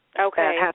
Okay